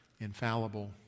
infallible